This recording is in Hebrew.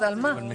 אז על מה?